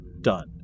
Done